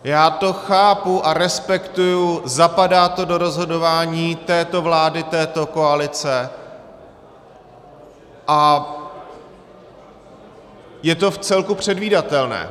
Já to chápu a respektuji, zapadá to do rozhodování této vlády, této koalice, a je to vcelku předvídatelné.